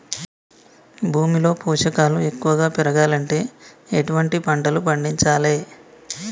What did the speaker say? భూమిలో పోషకాలు ఎక్కువగా పెరగాలంటే ఎటువంటి పంటలు పండించాలే?